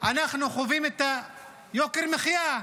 אנחנו חווים את יוקר המחיה.